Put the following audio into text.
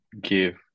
give